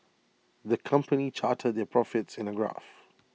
the company charted their profits in A graph